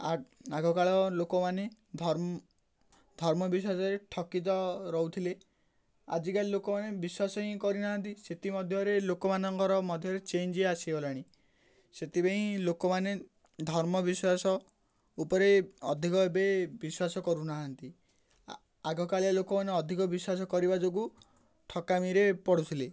ଆ ଆଗକାଳର ଲୋକମାନେ ଧର୍ମ ଧର୍ମ ବିଶ୍ୱାସରେ ଠକି ତ ରହୁଥିଲେ ଆଜିକାଲି ଲୋକମାନେ ବିଶ୍ୱାସ ହିଁ କରିନାହାନ୍ତି ସେଥିମଧ୍ୟରେ ଲୋକମାନଙ୍କର ମଧ୍ୟରେ ଚେଞ୍ଜ ଆସିଗଲାଣି ସେଥିପାଇଁ ଲୋକମାନେ ଧର୍ମ ବିଶ୍ୱାସ ଉପରେ ଅଧିକ ଏବେ ବିଶ୍ୱାସ କରୁନାହାନ୍ତି ଆଗକାଳ ଲୋକମାନେ ଅଧିକ ବିଶ୍ୱାସ କରିବା ଯୋଗୁଁ ଠକାମିରେ ପଡ଼ୁଥିଲେ